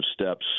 steps